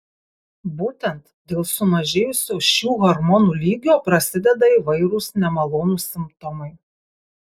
būtent dėl sumažėjusio šių hormonų lygio prasideda įvairūs nemalonūs simptomai